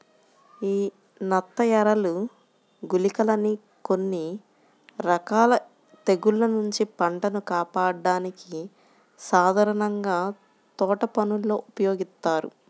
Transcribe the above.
యీ నత్తఎరలు, గుళికలని కొన్ని రకాల తెగుల్ల నుంచి పంటను కాపాడ్డానికి సాధారణంగా తోటపనుల్లో ఉపయోగిత్తారు